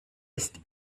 ist